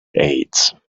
age